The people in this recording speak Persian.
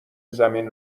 زمین